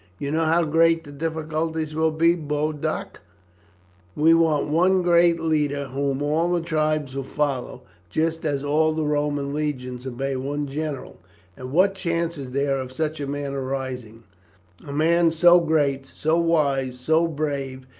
you know how great the difficulties will be, boduoc we want one great leader whom all the tribes will follow, just as all the roman legions obey one general and what chance is there of such a man arising a man so great, so wise, so brave,